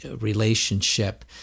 relationship